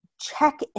check